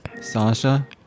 Sasha